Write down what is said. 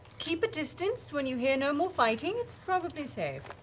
keep a distance. when you hear no more fighting, it's probably safe.